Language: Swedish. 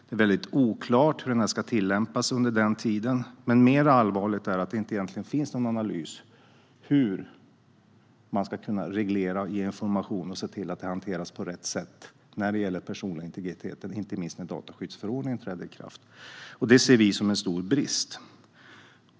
Det är väldigt oklart hur denna regel ska tillämpas under den tiden, men mer allvarligt är att det inte finns någon egentlig analys av hur man ska kunna reglera, ge information och se till att det hela hanteras på rätt sätt när det gäller den personliga integriteten, inte minst när dataskyddsförordningen träder i kraft. Detta ser vi som en stor brist.